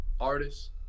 artists